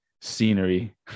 scenery